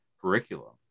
curriculum